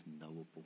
knowable